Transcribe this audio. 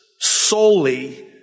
solely